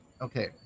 Okay